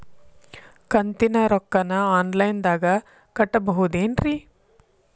ಕಂತಿನ ರೊಕ್ಕನ ಆನ್ಲೈನ್ ದಾಗ ಕಟ್ಟಬಹುದೇನ್ರಿ?